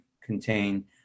contain